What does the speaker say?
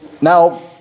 Now